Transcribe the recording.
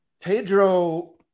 Pedro